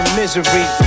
misery